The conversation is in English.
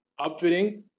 upfitting